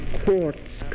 quartz